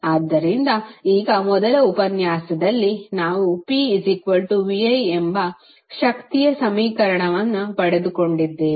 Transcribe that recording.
ಆದ್ದರಿಂದ ಈಗ ಮೊದಲ ಉಪನ್ಯಾಸದಲ್ಲಿ ನಾವು pvi ಎಂಬ ಶಕ್ತಿಯ ಸಮೀಕರಣವನ್ನು ಪಡೆದುಕೊಂಡಿದ್ದೇವೆ